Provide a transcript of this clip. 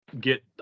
get